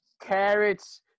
carrots